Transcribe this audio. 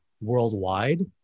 worldwide